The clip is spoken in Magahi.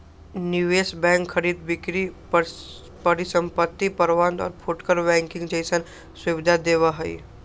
निवेश बैंक खरीद बिक्री परिसंपत्ति प्रबंध और फुटकर बैंकिंग जैसन सुविधा देवा हई